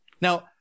Now